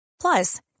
Plus